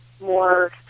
more